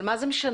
אבל מה זה משנה?